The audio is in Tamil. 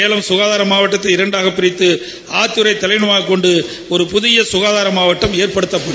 சேலம் சுகாதார மாவட்டத்தை இரண்டாக பிரித்து ஆத்துரை தலைமையிடமாக கொண்டு ஒரு புதிய ககாதார மாவட்டம் என்படுக்கப்படும்